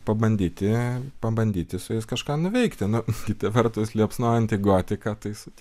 pabandyti pabandyti su jais kažką nuveikti nu kita vertus liepsnojanti gotiką tai sutik